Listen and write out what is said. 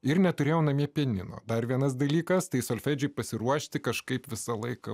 ir neturėjau namie pianino dar vienas dalykas tai solfedžio pasiruošti kažkaip visą laiką